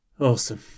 Awesome